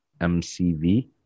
MCV